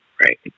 right